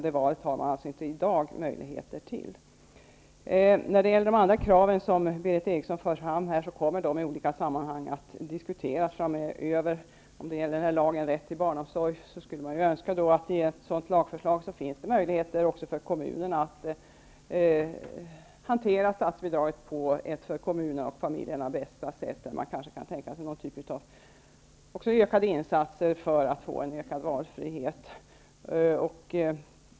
Det har man i dag inte möjligheter till. De andra krav som Berith Eriksson förde fram kommer att diskuteras i olika sammanhang framöver. När det gäller förslaget om rätt till barnomsorg skulle man önska att det i ett sådant lagförslag skulle finnas möjligheter även för kommunerna att hantera statsbidraget på det sätt som är bäst för kommunerna och familjerna. Man kan tänka sig ökade insatser för att få ökad valfrihet.